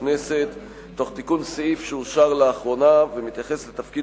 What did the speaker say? הכנסת תוך תיקון סעיף שאושר לאחרונה ומתייחס לתפקיד